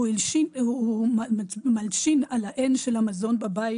הוא מלשין על האין של המזון בבית.